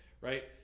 right –